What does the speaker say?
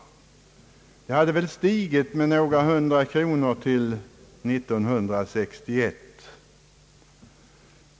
Beloppen hade väl stigit med några hundra kronor till 1961.